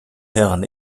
herren